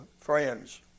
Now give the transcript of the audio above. friends